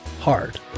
Hard